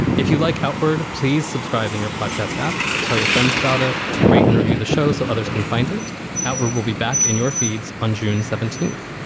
if you like outward. please subscribe. and your podcast app. tell your friends about it. write and review the show so others can find it out. we'll be back in your feeds. on june seventeenth,